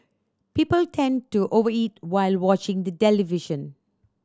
people tend to over eat while watching the television